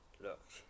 Look